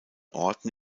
orten